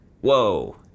Whoa